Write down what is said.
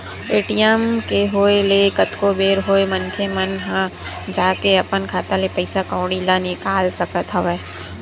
ATM के होय ले कतको बेर होय मनखे मन ह जाके अपन खाता ले पइसा कउड़ी ल निकाल सकत हवय